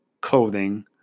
clothing